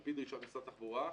על פי דרישת משרד התחבורה,